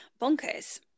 Bonkers